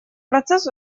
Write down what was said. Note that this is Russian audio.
процесс